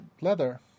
leather